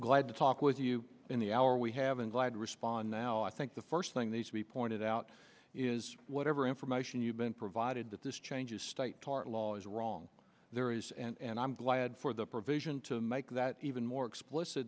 glad to talk with you in the hour we have invited to respond now i think the first thing they should be pointed out is whatever information you've been provided that this changes state tort law is wrong there is and i'm glad for the provision to make that even more explicit